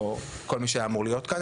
כל מי שהיה אמור להיות כאן,